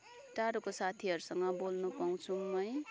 टाढोको साथीहरूसँग बोल्नु पाउँछौँ है